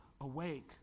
Awake